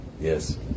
Yes